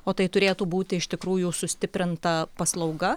o tai turėtų būti iš tikrųjų sustiprinta paslauga